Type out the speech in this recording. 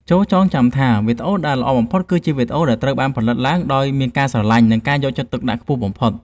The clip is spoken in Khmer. ចូរចងចាំថា វីដេអូដែលល្អបំផុតគឺវីដេអូដែលត្រូវបានផលិតឡើងដោយមានការស្រឡាញ់ និងការយកចិត្តទុកដាក់ខ្ពស់បំផុត។